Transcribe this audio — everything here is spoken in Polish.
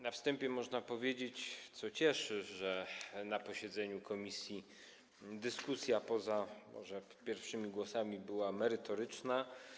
Na wstępie można powiedzieć - co cieszy - że na posiedzeniu komisji dyskusja, może poza pierwszymi głosami, była merytoryczna.